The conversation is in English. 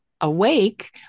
awake